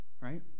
Right